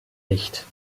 nicht